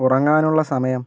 ഉറങ്ങാനുള്ള സമയം